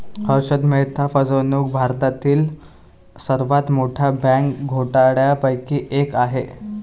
हर्षद मेहता फसवणूक भारतातील सर्वात मोठ्या बँक घोटाळ्यांपैकी एक आहे